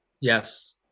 Yes